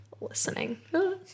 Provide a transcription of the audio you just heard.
Listening